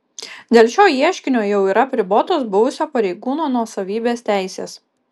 dėl šio ieškinio jau yra apribotos buvusio pareigūno nuosavybės teisės